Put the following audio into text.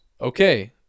Okay